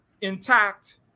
intact